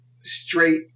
straight